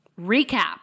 recap